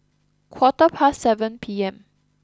quarter past seven P M